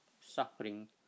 suffering